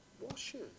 washes